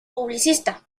publicista